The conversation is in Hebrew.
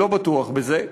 לא בטוח בזה.